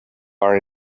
are